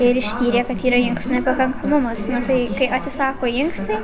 ir ištyrė kad yra inkstų nepakankamumas tai kai atsisako inkstai